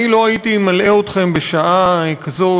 אני לא הייתי מלאה אתכם בשעה כזאת,